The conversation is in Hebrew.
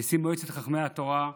נשיא מועצת חכמי התורה,